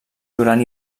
duran